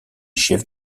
chef